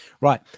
Right